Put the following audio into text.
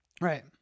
right